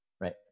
right